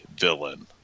villain